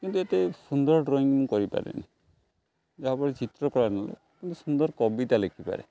କିନ୍ତୁ ଏତେ ସୁନ୍ଦର ଡ୍ରଇଂ ମୁଁ କରିପାରେନି ଯାହା ଫଳରେ ଚିତ୍ର କଳା ନହେଲେ କିନ୍ତୁ ସୁନ୍ଦର କବିତା ଲେଖିପାରେ